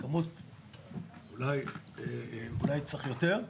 אולי צריך יותר,